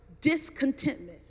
discontentment